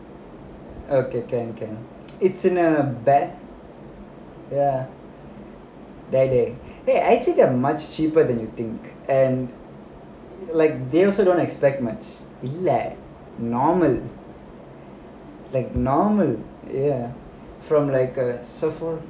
okay can can it's in a bag ya there they they actually they much cheaper than you think and like they also don't expect much இல்ல:illa normal like normal from like a